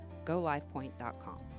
GoLivePoint.com